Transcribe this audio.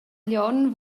glion